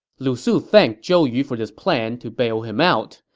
lu su thanked zhou yu for this plan to bail him out.